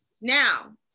Now